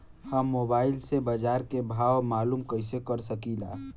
हम मोबाइल से बाजार के भाव मालूम कइसे कर सकीला?